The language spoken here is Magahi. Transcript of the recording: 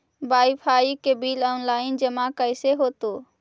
बाइफाइ के बिल औनलाइन जमा कैसे होतै?